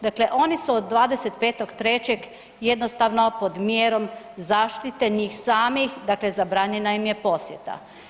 Dakle oni su od 25.3. jednostavno pod mjerom zaštite njih samih, dakle zabranjena im je posjeta.